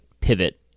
pivot